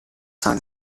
son